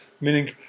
Meaning